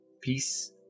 Peace